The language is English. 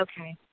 Okay